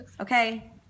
Okay